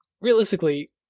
realistically